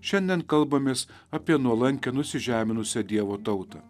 šiandien kalbamės apie nuolankią nusižeminusią dievo tautą